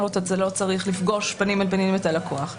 לא צריך לפגוש פנים אל פנים את הלקוח.